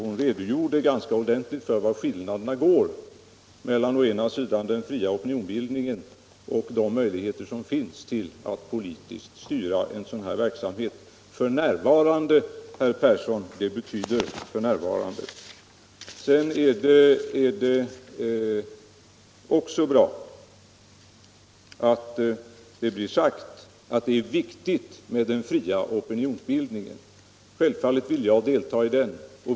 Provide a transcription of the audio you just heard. Hon redogjorde ganska ordentligt för skillnaderna mellan den fria opinionsbildningen och de möjligheter som finns att politiskt styra en sådan här verksamhet. ”För närvarande”, herr Persson, betyder för närvarande. Det är också bra att det blir sagt att den fria opinionsbildningen är viktig. Självfallet vill jag delta i den.